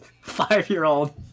five-year-old